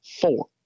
Four